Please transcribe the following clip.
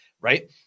Right